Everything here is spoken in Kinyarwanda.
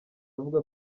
avuga